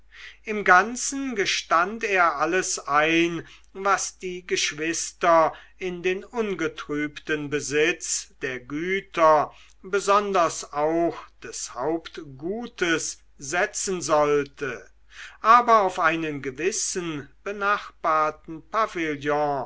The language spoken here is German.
im ganzen gestand er alles ein was die geschwister in den ungetrübten besitz der güter besonders auch des hauptgutes setzen sollte aber auf einen gewissen benachbarten